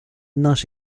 not